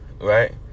right